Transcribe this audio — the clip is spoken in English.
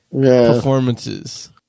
performances